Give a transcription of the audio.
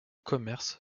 commerce